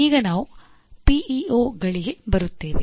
ಈಗ ನಾವು ಪಿಇಒಗಳಿಗೆ ಬರುತ್ತೇವೆ